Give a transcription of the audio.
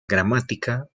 gramática